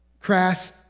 crass